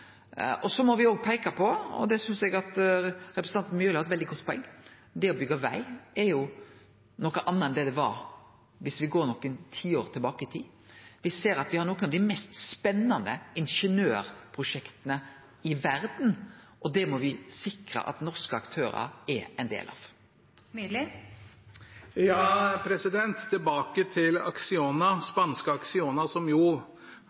Så må me òg peike på, og der synest eg representanten Myrli har eit veldig godt poeng, at det å byggje veg er noko anna no enn det var nokre tiår tilbake i tid. Me ser at me har nokre av dei mest spennande ingeniørprosjekta i verda, og dei må me sikre at norske aktørar er ein del av. Det blir oppfølgingsspørsmål – først Sverre Myrli. Tilbake til spanske Acciona, som